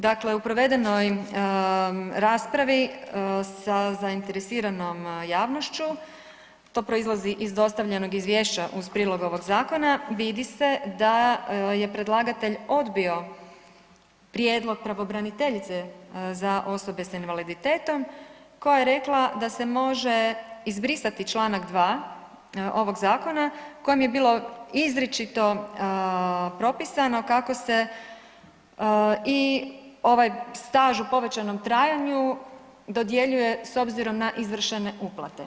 Dakle u provedenoj raspravi sa zainteresiranom javnošću to proizlazi iz dostavljenog izvješća uz prilog ovog zakona, vidi se da je predlagatelj odbio prijedlog pravobraniteljice za osobe s invaliditetom koja je rekla da se može izbrisati čl. 2.ovog zakona kojim je bilo izričito propisano kako se i ovaj staž u povećanom trajanju dodjeljuje s obzirom na izvršene uplate.